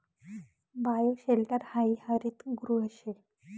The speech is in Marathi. बायोशेल्टर हायी हरितगृह शे